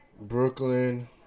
Brooklyn